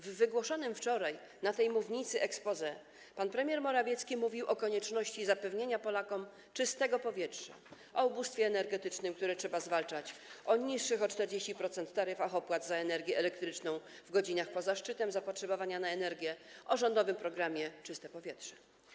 W wygłoszonym wczoraj z tej mównicy exposé pan premier Morawiecki mówił o konieczności zapewnienia Polakom czystego powietrza, o ubóstwie energetycznym, które trzeba zwalczać, o niższych o 40% taryfach opłat za energię elektryczną w godzinach poza szczytem zapotrzebowania na energię, o rządowym programie „Czyste powietrze”